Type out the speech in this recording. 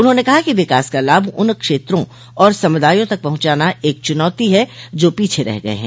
उन्होंने कहा कि विकास का लाभ उन क्षेत्रों और समुदायों तक पहुंचाना एक चुनौती है जो पीछे रह गए हैं